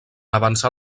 avançar